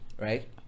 right